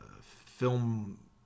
film